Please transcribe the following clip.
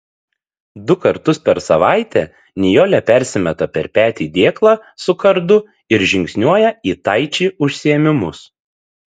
du kartus per savaitę nijolė persimeta per petį dėklą su kardu ir žingsniuoja į taiči užsiėmimus